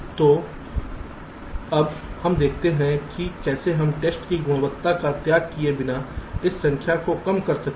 तो अब हम देखते हैं कि कैसे हम टेस्ट की गुणवत्ता का त्याग किए बिना इस संख्या को कम कर सकते हैं